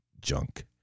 junk